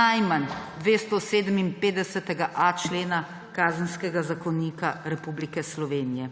najmanj 257.a člena Kazenskega zakonika Republike Slovenije.